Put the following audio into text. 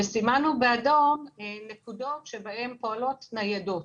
וסימנו באדום נקודות בהן פועלות ניידות.